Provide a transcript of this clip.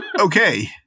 Okay